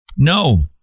No